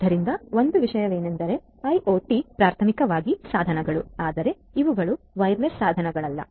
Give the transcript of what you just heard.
ಆದ್ದರಿಂದ ಒಂದು ವಿಷಯವೆಂದರೆ ಐಒಟಿ ಪ್ರಾಥಮಿಕವಾಗಿ ಸಾಧನಗಳು ಆದರೆ ಇವುಗಳು ವೈರ್ಲೆಸ್ ಸಾಧನಗಳಲ್ಲಾ